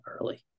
early